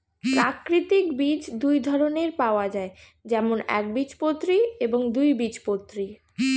প্রাকৃতিক বীজ দুই ধরনের পাওয়া যায়, যেমন একবীজপত্রী এবং দুই বীজপত্রী